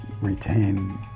retain